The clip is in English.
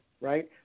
right